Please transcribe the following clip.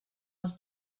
was